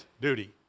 duty